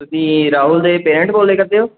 ਤੁਸੀਂ ਰਾਹੁਲ ਦੇ ਪੇਰੇਂਟ ਬੋਲਦੇ ਕਰਦੇ ਹੋ